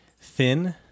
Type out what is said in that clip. thin